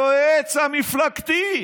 מר מנדלבליט,